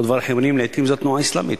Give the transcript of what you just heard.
לעתים זו התנועה האסלאמית,